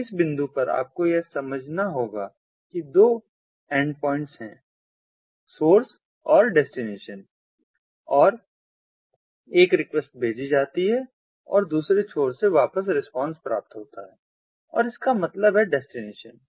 तो इस बिंदु पर आपको यह समझना होगा कि दो एंडपॉइंट्स हैं सोर्स और डेस्टिनेशन और एक रिक्वेस्ट भेजी जाती है और दूसरे छोर से वापस रिस्पांस प्राप्त होता है और इसका मतलब है डेस्टिनेशन